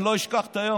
לא אשכח את היום,